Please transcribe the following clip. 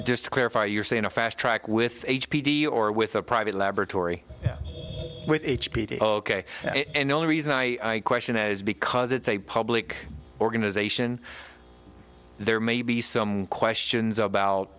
just to clarify you're saying a fast track with h p d or with a private laboratory with h p d ok and the only reason i question is because it's a public organization there may be some questions about